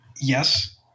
Yes